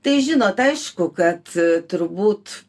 tai žinot aišku kad turbūt